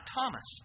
Thomas